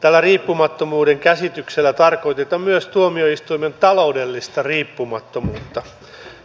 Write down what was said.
tällä riippumattomuuden käsityksellä tarkoitetaan myös tuomioistuimen taloudellista riippumattomuutta